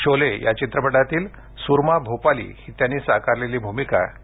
शोले या चित्रपटातील सुरमा भोपाली ही त्यांनी साकारलेली भूमिका विशेष गाजली